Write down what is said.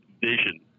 vision